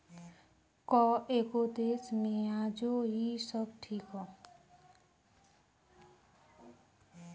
कएगो देश मे आजो इ सब ठीक ह